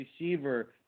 receiver